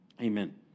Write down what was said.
amen